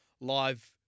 live